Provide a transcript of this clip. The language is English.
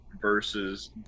versus